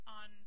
on